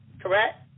correct